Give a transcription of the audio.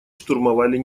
штурмовали